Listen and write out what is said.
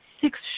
six